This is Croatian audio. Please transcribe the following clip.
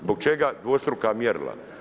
Zbog čega dvostruka mjerila?